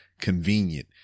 convenient